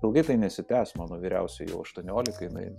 ilgai tai nesitęs mano vyriausiajai jau aštuoniolika jinai